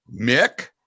Mick